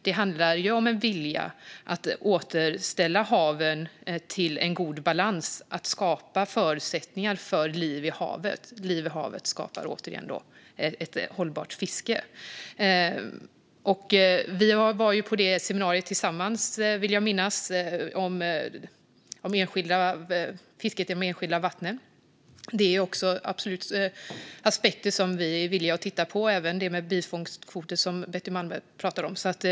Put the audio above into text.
Det handlar om en vilja att återställa balansen i havet och att skapa förutsättningar för liv i havet, vilket skapar ett hållbart fiske. Vi var tillsammans på seminariet om fiske i enskilda vatten, och det är en aspekt som vi absolut är villiga att titta på. Det gäller också bifångstkvoter, som Betty Malmberg pratade om.